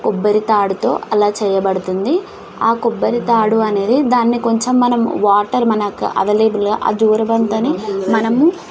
కొబ్బరి తాడుతో ఆలా చెయ్యబడుతుంది ఆ కొబ్బరి తాడు అనేది దాన్ని కొంచెం మనం వాటర్ మనకు అవైలబుల్గా ఆ జోరబంతను మనము